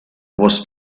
was